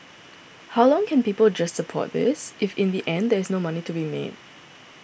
how long can people just support this if in the end there is no money to be made